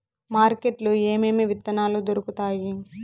market లో ఏమేమి విత్తనాలు దొరుకుతాయి